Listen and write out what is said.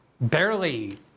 barely